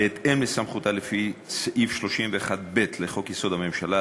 בהתאם לסמכותה לפי סעיף 31(ב) לחוק-יסוד: הממשלה,